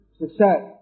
success